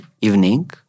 evening